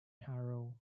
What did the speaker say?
harrow